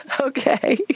Okay